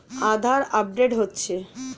আধার update হচ্ছে?